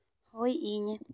ᱦᱳᱭ ᱤᱧ